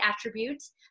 attributes